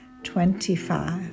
Twenty-five